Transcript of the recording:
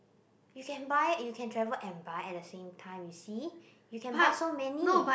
you can buy you can travel and buy at the same time you see you can buy so many